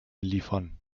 liefern